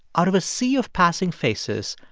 out of a sea of passing faces,